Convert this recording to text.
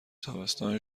تابستان